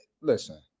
listen